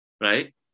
Right